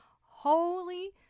holy